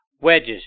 wedges